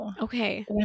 Okay